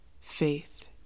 faith